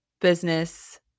business